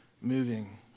moving